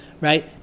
right